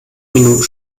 minuten